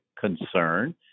concern